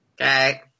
Okay